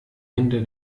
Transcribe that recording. hinter